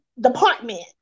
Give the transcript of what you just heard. department